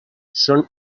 són